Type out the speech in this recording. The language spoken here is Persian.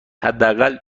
حداقل